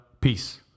Peace